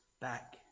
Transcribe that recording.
back